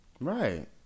Right